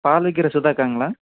பால் விக்கிற சுதா அக்காங்களா